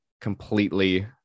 completely